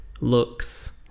looks